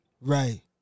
right